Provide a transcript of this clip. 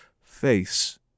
face